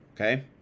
okay